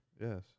Yes